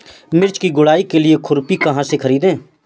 मिर्च की गुड़ाई के लिए खुरपी कहाँ से ख़रीदे?